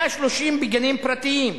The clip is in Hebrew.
130 בגנים פרטיים,